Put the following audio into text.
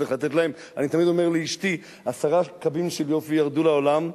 אני תמיד אומר לאשתי: עשרה קבין של יופי ירדו לעולם,